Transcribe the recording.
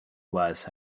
was